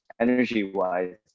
energy-wise